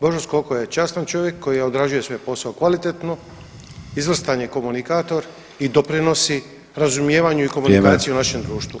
Božo Skoko je častan čovjek koji odrađuje svoj posao kvalitetno, izvrstan je komunikator i doprinosi razumijevanju i komunikaciji u našem [[Upadica: Vrijeme.]] društvu.